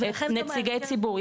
נציגי ציבור.